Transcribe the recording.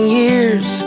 years